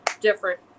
different